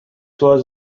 was